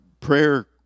prayer